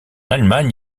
allemagne